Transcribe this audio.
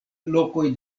lokoj